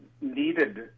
needed